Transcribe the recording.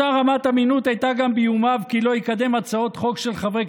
אותה רמת אמינות הייתה גם באיומיו כי לא יקדם הצעות חוק של חברי